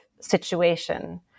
situation